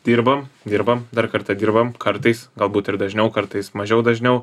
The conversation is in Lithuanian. dirbam dirbam dar kartą dirbam kartais galbūt ir dažniau kartais mažiau dažniau